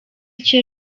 icyo